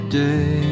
day